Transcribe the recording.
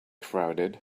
crowded